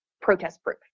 protest-proof